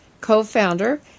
Co-Founder